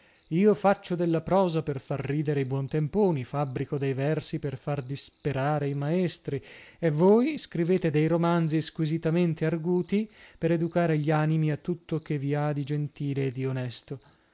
io faccio della prosa per far ridere i buontemponi fabbrico dei versi per far disperare i maestri e voi scrivete dei romanzi squisitamente arguti per educare gli animi a tutto che vi ha di gentile e di onesto